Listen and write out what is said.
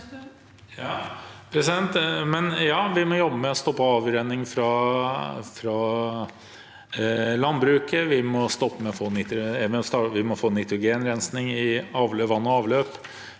Ja, vi må jobbe med å stoppe avrenning fra landbruket. Vi må få nitrogenrensing av vann og avløp.